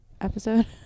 episode